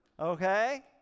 Okay